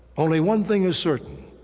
only one thing is certain,